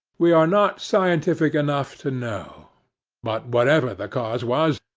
we are not scientific enough to know but, whatever the cause was,